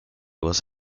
was